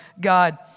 God